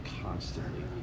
constantly